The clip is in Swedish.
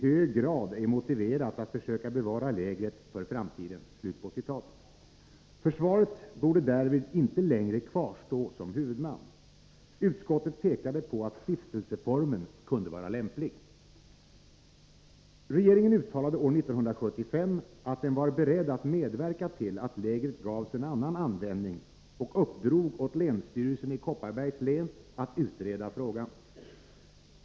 hög grad är motiverat att försöka bevara lägret för framtiden”. Försvaret borde därvid inte längre kvarstå som huvudman. Utskottet pekade på att stiftelseformen kunde vara lämplig. Regeringen uttalade år 1975 att den var beredd att medverka till att lägret gavs en annan användning och uppdrog åt länsstyrelsen i Kopparbergs län att utreda frågan.